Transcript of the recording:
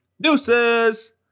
Deuces